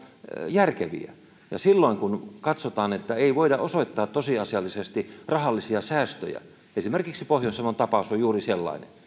järkeviä ja silloin kun katsotaan ettei voida osoittaa tosiasiallisesti rahallisia säästöjä esimerkiksi pohjois savon tapaus on juuri sellainen